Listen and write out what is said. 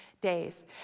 days